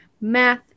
math